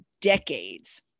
decades